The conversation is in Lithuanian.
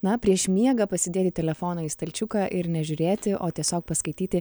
na prieš miegą pasidėti telefoną į stalčiuką ir nežiūrėti o tiesiog paskaityti